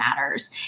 matters